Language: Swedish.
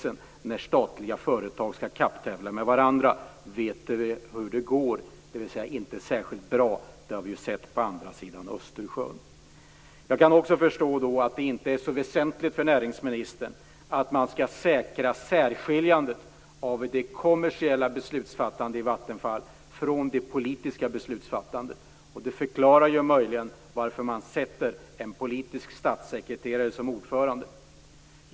Vi vet ju hur det går när statliga företag skall kapptävla med varandra, dvs. inte särskilt bra. Det har vi sett på andra sidan av Östersjön. Då kan jag också förstå att det inte är så väsentligt för näringsministern att man skall säkra särskiljandet av det kommersiella beslutsfattandet i Vattenfall från det politiska beslutsfattandet. Det förklarar möjligen varför man sätter en politisk statssekreterare som ordförande.